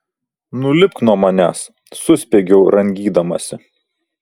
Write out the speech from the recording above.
nulipk nuo manęs suspiegiau rangydamasi